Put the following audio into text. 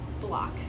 block